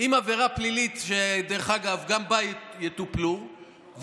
זו עבירה פלילית שגם עליה יטופלו,